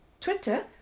Twitter